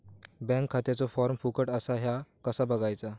Bank खात्याचो form फुकट असा ह्या कसा बगायचा?